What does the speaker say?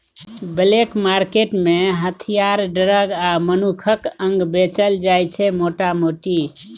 black market मे हथियार, drug आ मनुखक अंग बेचल जाइ छै मोटा मोटी